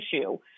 issue